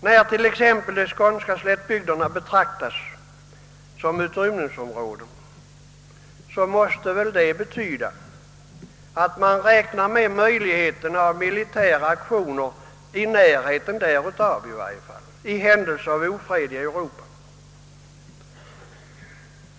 När t.ex. de skånska slättbygderna betraktas som utrymningsområden måste väl det betyda att man räknar med möjligheten av militära aktioner i varje fall i närheten därav i händelse av ofred i Europa.